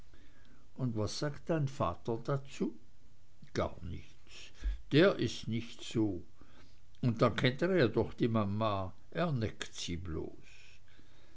und was sagt dein vater dazu gar nichts der ist nicht so und dann kennt er ja doch die mama er